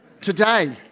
today